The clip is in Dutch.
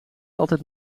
altijd